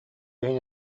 иһин